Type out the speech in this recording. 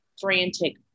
frantic